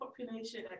population